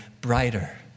brighter